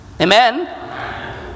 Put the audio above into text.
Amen